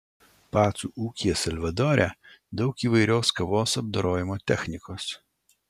pacų ūkyje salvadore daug įvairios kavos apdorojimo technikos